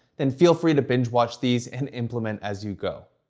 then feel free to binge watch these and implement as you go.